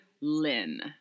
Lynn